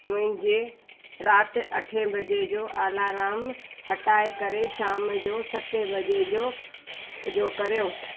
मुंहिंजे राति अठे बजे जो अलाराम हटाए करे शाम जो सते वजे जो जो कयो